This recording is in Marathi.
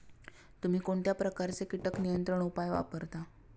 तुम्ही कोणत्या प्रकारचे कीटक नियंत्रण उपाय वापरता?